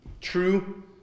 True